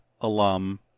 alum